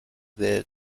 the